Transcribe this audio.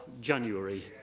January